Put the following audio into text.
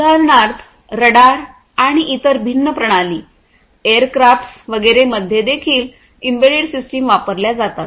उदाहरणार्थ रडार आणि इतर भिन्न प्रणालीएअरक्राफ्ट्स वगैरे मध्ये देखील एम्बेडेड सिस्टीम वापरल्या जातात